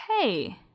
hey